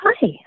hi